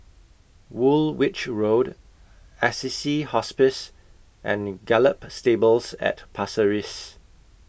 Woolwich Road Assisi Hospice and Gallop Stables At Pasir Riss